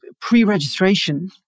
pre-registration